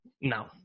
No